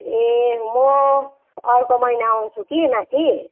ए म अर्को महिना आउँछु कि माथि